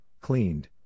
cleaned